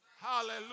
Hallelujah